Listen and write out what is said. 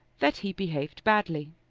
that he behaved badly.